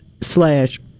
slash